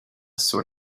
sort